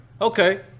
Okay